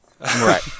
Right